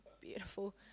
Beautiful